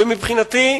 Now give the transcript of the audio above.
ומבחינתי,